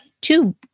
two